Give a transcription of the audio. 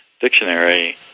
dictionary